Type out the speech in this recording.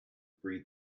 breed